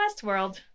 Westworld